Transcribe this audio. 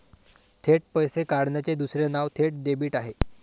थेट पैसे काढण्याचे दुसरे नाव थेट डेबिट आहे